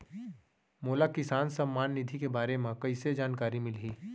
मोला किसान सम्मान निधि के बारे म कइसे जानकारी मिलही?